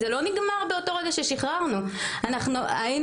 זה לא נגמר באותו רגע ששחררו.